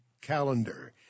calendar